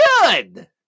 good